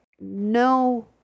no